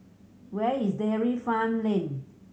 where is Dairy Farm Lane